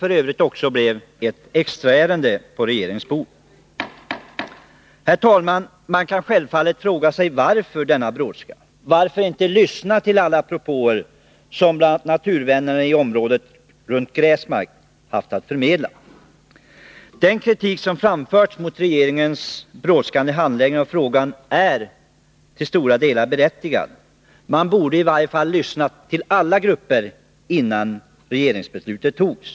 F. ö. blev Kymmen då ett extra ärende på regeringens bord. Herr talman! Man kan självfallet fråga sig: Varför denna brådska? Varför inte lyssna till alla propåer som bl.a. naturvännerna i området runt Gräsmark haft att förmedla? Den kritik som framförts mot regeringens brådskande handläggning av frågan är till stora delar berättigad. Regeringen borde i varje fall ha lyssnat till alla grupper innan beslutet fattades.